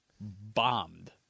bombed